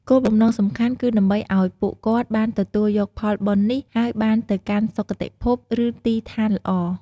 គោលបំណងសំខាន់គឺដើម្បីឲ្យពួកគាត់បានទទួលយកផលបុណ្យនេះ ហើយបានទៅកាន់សុគតិភព ឬទីឋានល្អ។